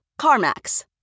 CarMax